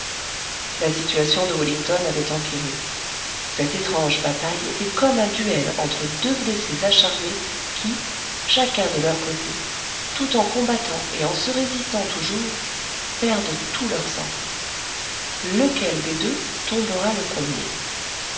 la situation de wellington avait empiré cette étrange bataille était comme un duel entre deux blessés acharnés qui chacun de leur côté tout en combattant et en se résistant toujours perdent tout leur sang lequel des deux tombera le premier